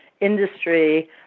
industry